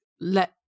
let